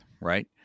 right